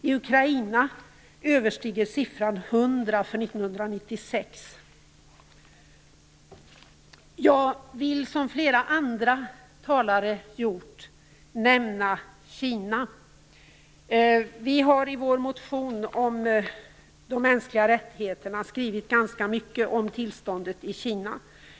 I Ukraina överstiger siffran 100 för 1996. Som flera andra talare gjort vill jag nämna Kina. Vi har i vår motion om de mänskliga rättigheterna skrivit ganska mycket om tillståndet i Kina.